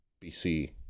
bc